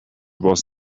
was